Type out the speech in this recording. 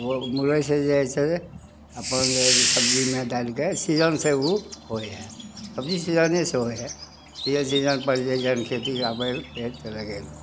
मुरइ से जे हइ से अपन जे हइ से सबजीमे डालिके सीजनसे ओ होइ हइ सबजी सीजनेसे होइ हइ सीजन सीजनपर जे जखन खेतीके बेर भेल तऽ लगेलहुँ